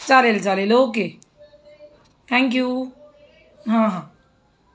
चालेल चालेल okay thank you हां हां